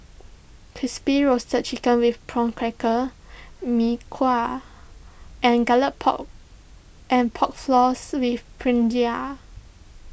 Crispy Roasted Chicken with Prawn Crackers Mee Kuah and Garlic Pork and Pork Floss with Brinjal